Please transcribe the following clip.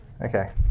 okay